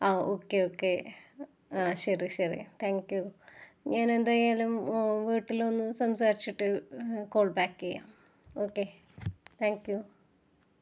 ആ okay okay ആ ശരി ശരി താങ്ക്യൂ ഞാന് എന്തായാലും വീട്ടില് ഒന്ന് സംസാരിച്ചിട്ട് കോള് ബാക്ക് ചെയ്യാം ഓക്കേ താങ്ക്യൂ